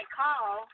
call